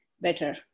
better